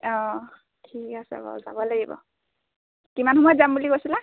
অঁ ঠিক আছে বাৰু যাব লাগিব কিমান সময়ত যাম বুলি কৈছিলা